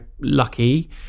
lucky